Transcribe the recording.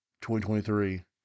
2023